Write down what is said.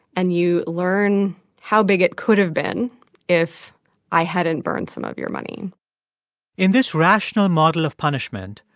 and you learn how big it could have been if i hadn't burned some of your money in this rational model of punishment,